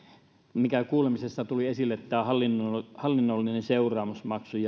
mikä kuulemisessa tuli esille tämän hallinnollisen seuraamusmaksun